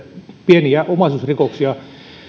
pieniä omaisuusrikoksia